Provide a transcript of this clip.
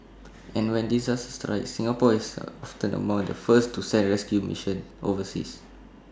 and when disaster strikes Singapore is often among the first to send rescue missions overseas